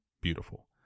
beautiful